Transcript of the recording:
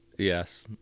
yes